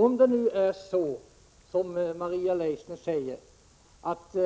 Om det nu är så som Maria Leissner säger, att